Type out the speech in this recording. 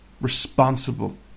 responsible